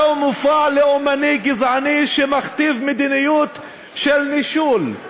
זהו מופע לאומני גזעני שמכתיב מדיניות של נישול,